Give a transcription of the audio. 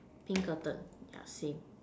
pink curtain yeah same